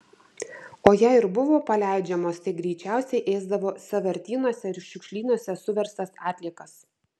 o jei ir buvo paleidžiamos tai greičiausiai ėsdavo sąvartynuose ir šiukšlynuose suverstas atliekas